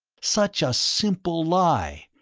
such a simple lie,